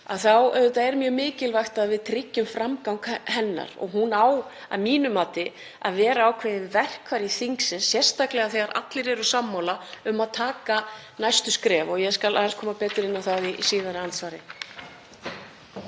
mjög mikilvægt að við tryggjum framgang hennar og hún á að mínu mati að vera ákveðið verkfæri þingsins, sérstaklega þegar allir eru sammála um að stíga næstu skref. Ég skal koma aðeins betur inn á það í síðara andsvari.